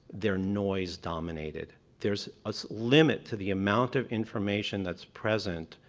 they're noise dominated. there's a limit to the amount of information that's present